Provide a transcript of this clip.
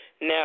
Now